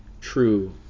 true